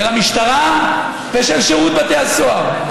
של המשטרה ושל שירות בתי הסוהר.